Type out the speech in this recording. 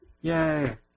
Yay